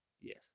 Yes